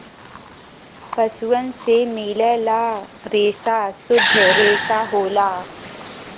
पसुअन से मिलल रेसा सुद्ध रेसा होला